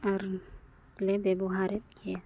ᱟᱨᱞᱮ ᱵᱮᱵᱚᱦᱟᱨᱮᱫ ᱜᱮᱭᱟ